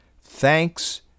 Thanks